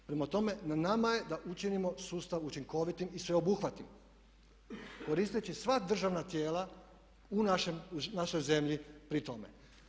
Prema tome, na nama je da učinimo sustav učinkovitim i sve obuhvatnim koristeći sva državna tijela u našoj zemlji pri tome.